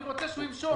אני רוצה שהוא ימשוך.